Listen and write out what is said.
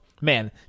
man